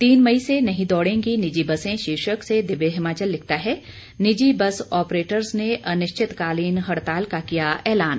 तीन मई से नहीं दौड़ेंगी निजी बसें शीर्षक से दिव्य हिमाचल लिखता है निजी बस ऑपरेटर्स ने अनिश्चितकालीन हड़ताल का किया ऐलान